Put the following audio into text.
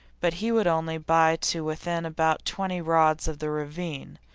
but he would only buy to within about twenty rods of the ravine.